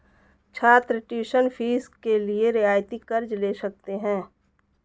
छात्र tuition fees के लिए रियायती कर्ज़ ले सकते हैं